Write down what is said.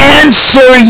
answer